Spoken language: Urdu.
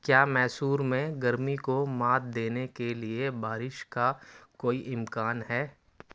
کیا میسور میں گرمی کو مات دینے کے لیے بارش کا کوئی امکان ہے